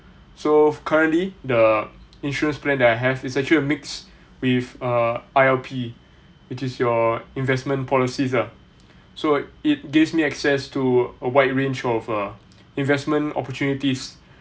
so currently the insurance plan that I have is actually a mix with uh I_L_P which is your investment policies lah so it gives me access to a wide range of err investment opportunities